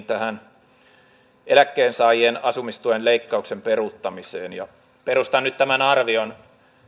tähän eläkkeensaajien asumistuen leikkauksen peruuttamiseen perustan nyt tämän arvion